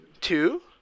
Two